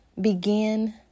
begin